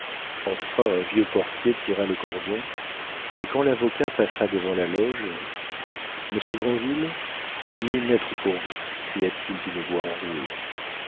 enfin un vieux portier tira le cordon et quand l'avocat passa devant la loge monsieur granville il y a une lettre pour vous cria-t-il d'une voix enrouée